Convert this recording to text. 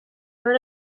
would